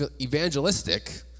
evangelistic